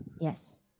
Yes